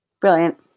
brilliant